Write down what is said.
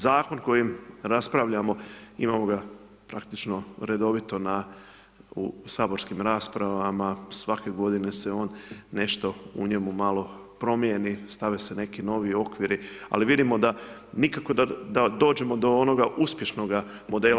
Zakon kojim raspravljamo, imamo ga praktično redovito u saborskim raspravama, svake g. se on nešto u njemu malo promijeni, stave se neki novi okviri, ali vidimo da nikako da dođemo do onoga uspješnoga modela.